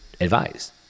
advise